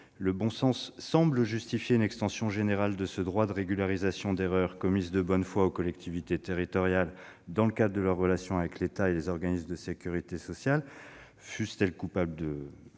le bon sens semble justifier une extension générale de ce droit de régularisation d'erreurs commises de bonne foi par les collectivités territoriales dans leurs relations avec l'État et les organismes de sécurité sociale, fussent-elles coupables de